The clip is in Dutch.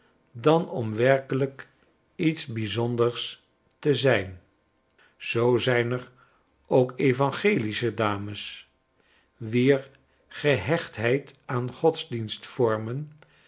dan om werkelijk iets bijzonders te zijn zoo zijn er ook b evangelis che b dames wier gehechtheid aan